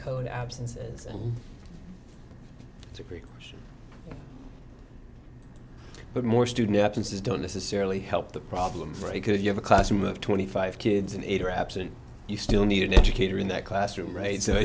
code absences and it's a creep but more student absence is don't necessarily help the problem for you because you have a classroom of twenty five kids and eight are absent you still need an educator in that classroom right so